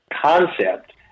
concept